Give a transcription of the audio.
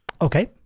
Okay